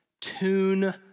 tune